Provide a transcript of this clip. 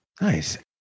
Nice